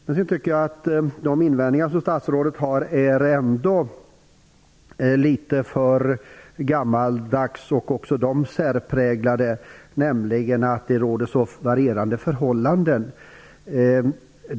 Jag tycker ändå att justitieministerns invändningar är litet för gammaldags och särpräglade. Hon hänvisar till att det råder så varierande förhållanden.